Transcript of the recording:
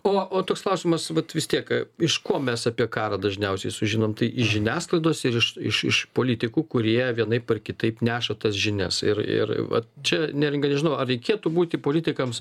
o o toks klausimas vat vis tiek iš ko mes apie karą dažniausiai sužinom tai iš žiniasklaidos ir iš iš iš politikų kurie vienaip ar kitaip neša tas žinias ir ir vat čia neringa nežinau ar reikėtų būti politikams